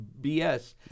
BS